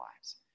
lives